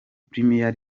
premier